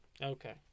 Okay